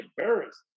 embarrassed